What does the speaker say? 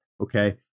Okay